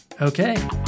Okay